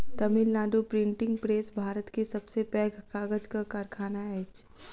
Tamil Nadu printing press Bharat के सब से पैघ कागजक कारखाना अछि